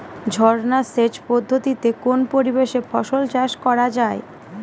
ঝর্না সেচ পদ্ধতিতে কোন পরিবেশে ফসল চাষ করা যায়?